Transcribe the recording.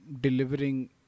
delivering